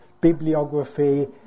bibliography